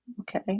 Okay